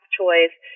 choice